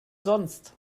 sonst